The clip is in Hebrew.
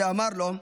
ואמר לו,